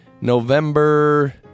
November